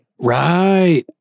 Right